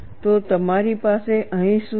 તો તમારી પાસે અહીં શું છે